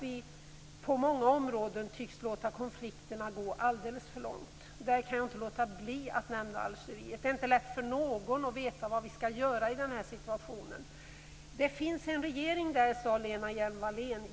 I många områden tycks vi låta konflikterna gå alldeles för långt. I det sammanhanget kan jag inte låta bli att nämna Algeriet. Det är inte lätt för någon att veta vad man skall göra i den här situationen. Det finns en regering där, sade Lena Hjelm Wallén.